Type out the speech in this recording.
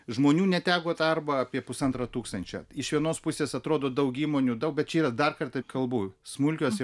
žmonių neteko darbo apie pusantro tūkstančio iš vienos pusės atrodo daugiau įmonių daug bet čia yra dar kartą kalbu smulkios